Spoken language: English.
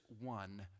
one